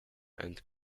and